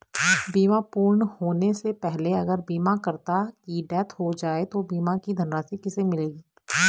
बीमा पूर्ण होने से पहले अगर बीमा करता की डेथ हो जाए तो बीमा की धनराशि किसे मिलेगी?